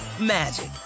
magic